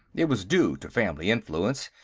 it was due to family influence,